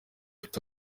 ufite